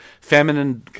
feminine